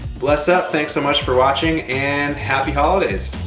bless up. thanks so much for watching and happy holidays.